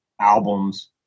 albums